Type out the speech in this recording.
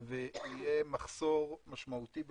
שיהיה מחסור משמעותי בגז,